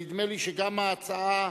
נדמה לי שגם ההצעה,